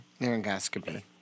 Laryngoscopy